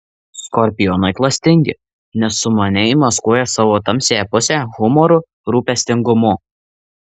skorpionai klastingi nes sumaniai maskuoja savo tamsiąją pusę humoru rūpestingumu